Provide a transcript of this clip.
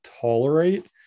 tolerate